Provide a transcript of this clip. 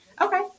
okay